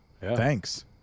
Thanks